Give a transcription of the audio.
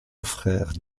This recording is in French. frère